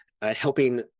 helping